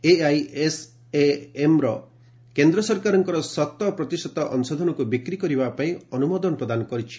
AISAM କେନ୍ଦ୍ ସରକାରଙ୍କ ଶତପ୍ରତିଶତ ଅଂଶଧନକୁ ବିକ୍ରି କରିବା ପାଇଁ ଅନୁମୋଦନ କରିଛି